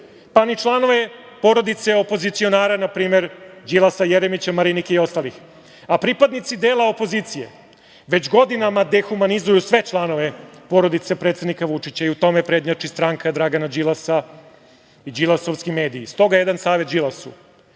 pa ni članove porodice opozicionara, na primer, Đilasa, Jeremića, Marinike i ostalih. Pripadnici dela opozicije već godinama dehumanizuju sve članove porodice predsednika Vučića i u tome prednjači stranka Dragana Đilasa i đilasovski mediji. Stoga jedan savet Đilasu,